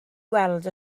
weld